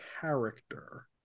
character